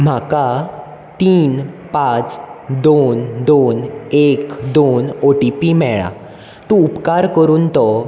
म्हाका तीन पांच दोन दोन एक दोन ओटीपी मेळ्ळा तूं उपकार करून तो